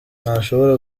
ntashobora